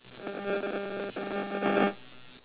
um